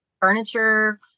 furniture